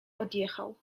odjechał